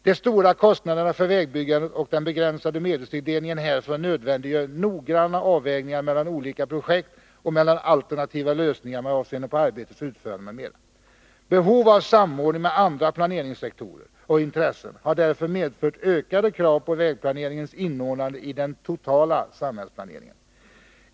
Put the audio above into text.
De stora kostnaderna för vägbyggandet och den begränsade medelstilldelningen härför nödvändiggör noggranna avvägningar mellan olika projekt och mellan alternativa lösningar med avseende på arbetenas utförande m.m. Behov av samordning med andra planerings sektorer och intressen har därvid medfört ökade krav på vägplaneringens inordnande i den totala samhällsplaneringen.